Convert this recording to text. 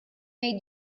made